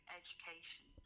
education